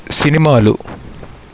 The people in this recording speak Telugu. సినిమాలు